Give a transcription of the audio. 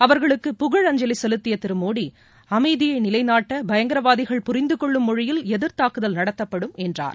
அவர்களுக்கு புகழஞ்சலி செலுத்திய திரு மோடி அமைதியை நிலைநாட்ட பயங்கரவாதிகள் புரிந்த்கொள்ளும் மொழியில் எதிர்த் தாக்குதல் நடத்தப்படும் என்றார்